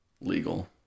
Legal